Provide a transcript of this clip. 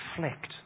reflect